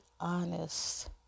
honest